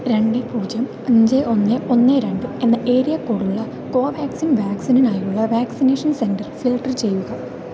രണ്ട് പൂജ്യം അഞ്ച് ഒന്ന് ഒന്ന് രണ്ട് എന്ന ഏരിയ കോഡ് ഉള്ള കോവാക്സിൻ വാക്സിനിനായുള്ള വാക്സിനേഷൻ സെൻ്റർ ഫിൽട്ടർ ചെയ്യുക